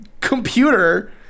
computer